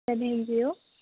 seven zero